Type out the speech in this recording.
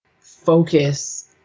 focus